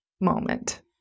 moment